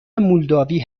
مولداوی